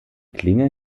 klinge